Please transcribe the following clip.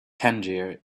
tangier